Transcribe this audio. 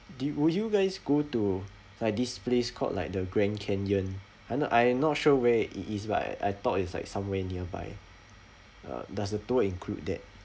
do you will you guys go to like this place called like the grand canyon I'm not I am not sure where it is but I I thought it's like somewhere nearby uh does the tour include that